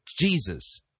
Jesus